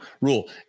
rule